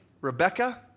Rebecca